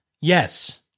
yes